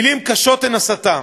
מילים קשות הן הסתה,